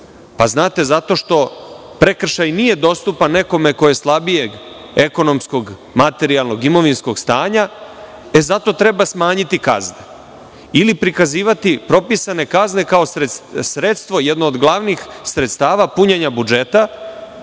Znate, zato što nekome nije dostupan prekršaj ko je slabijeg ekonomskog, materijalnog, imovinskog stanja, e, zato treba smanjiti kaznu, ili prikazivati propisane kazne kao sredstvo, jedno od glavnih sredstava punjenja budžeta,